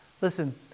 Listen